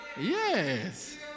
Yes